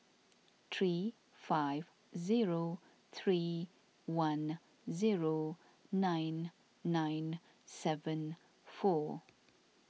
three five zero three one zero nine nine seven four